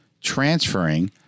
transferring